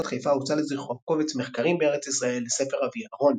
חיפה הוצא לזכרו הקובץ "מחקרים בארץ ישראל - ספר אביאל רון".